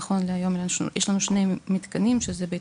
נכון להיום יש אצלנו שני מתקנים: בית